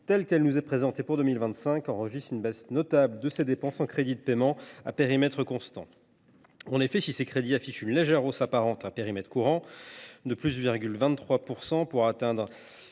telle qu’elle nous est présentée pour 2025, une baisse notable de ses dépenses en crédits de paiement (CP) à périmètre constant. En effet, si ces crédits affichent une légère hausse apparente de 1,23 % à périmètre courant, pour atteindre